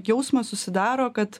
jausmas susidaro kad